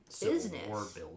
Business